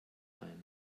ein